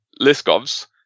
Liskov's